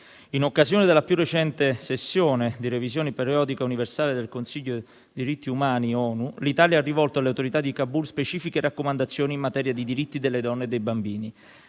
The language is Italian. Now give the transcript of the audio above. In occasione della più recente sessione di revisione periodica universale del Consiglio dei diritti umani dell'ONU, l'Italia ha rivolto alle autorità di Kabul specifiche raccomandazioni in materia di diritti delle donne e dei bambini.